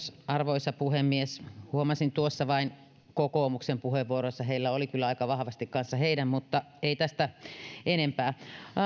arvoisa puhemies huomasin tuossa vain kokoomuksen puheenvuoroissa että heillä oli kyllä aika vahvasti kanssa heidän mutta ei tästä enempää